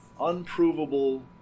unprovable